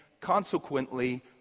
consequently